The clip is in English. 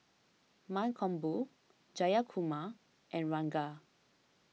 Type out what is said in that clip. Mankombu Jayakumar and Ranga